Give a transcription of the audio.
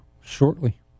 shortly